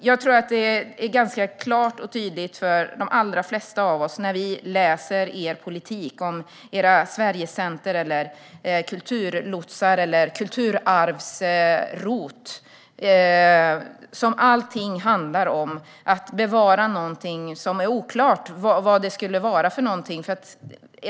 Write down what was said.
Jag tror att det är ganska klart och tydligt för de allra flesta av oss när vi läser om er politik med era Sverigecenter, kulturlotsar eller kulturarvs-ROT. Allting handlar om att bevara någonting som det är oklart vad det skulle vara för något.